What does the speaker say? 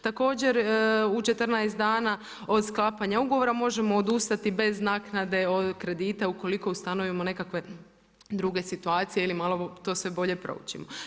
Također u 14 dana od sklapanja ugovora možemo odustati bez naknade kredita ukoliko ustanovimo nekakve druge situacije ili malo to sve bolje proučimo.